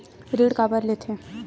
ऋण काबर लेथे?